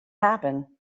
happen